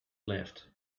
left